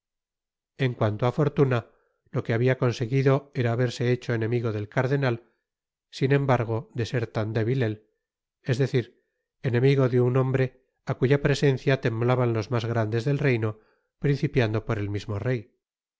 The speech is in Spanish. en cuan to á fortuna lo que habia conseguido era haberse hecho enemigo del cardenal sin embargo de ser tan débil él es decir enemigo de un hombre á cuya presencia temblaban los mas grandes del reino principiando por el mismo rey